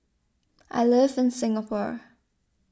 I live in Singapore